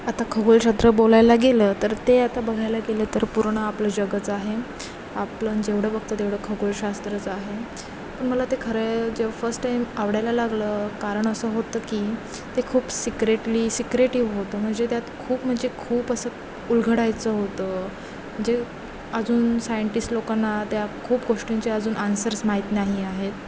आता खगोलशास्त्र बोलायला गेलं तर ते आता बघायला गेलं तर पूर्ण आपलं जगच आहे आपलं जेवढं बघतं तेवढं खगोलशास्त्रच आहे पण मला ते खरं जेव्हा फस टाईम आवडायला लागलं कारण असं होतं की ते खूप सिक्रेटली सिक्रेटिव्ह होतं म्हणजे त्यात खूप म्हणजे खूप असं उलगडायचं होतं जे अजून सायंटिस्ट लोकांना त्या खूप गोष्टींचे अजून आन्सर्स माहीत नाही आहेत